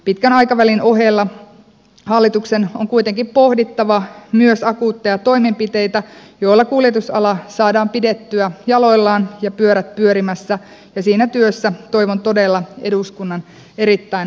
pitkän aikavälin ohella hallituksen on kuitenkin pohdittava myös akuutteja toimenpiteitä joilla kuljetusala saadaan pidettyä jaloillaan ja pyörät pyörimässä ja siinä työssä toivon todella eduskunnan erittäin vahvaa tukea